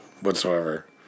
whatsoever